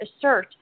assert